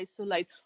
isolate